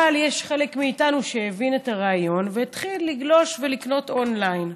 אבל חלק מאיתנו הבינו את הרעיון והתחיל לגלוש ולקנות און-ליין,